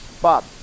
Bob